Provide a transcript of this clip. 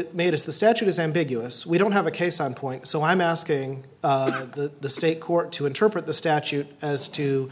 weighted made is the statute is ambiguous we don't have a case on point so i'm asking the state court to interpret the statute as to